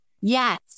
Yes